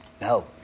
No